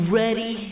ready